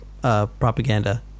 propaganda –